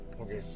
Okay